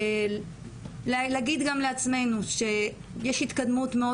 להגיד גם לעצמנו שיש התקדמות מאוד